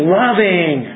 loving